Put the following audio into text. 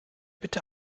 bitte